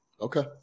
Okay